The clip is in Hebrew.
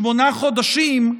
שמונה חודשים,